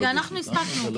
אנחנו הספקנו.